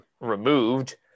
removed